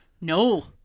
no